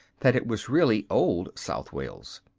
that it was really old south wales.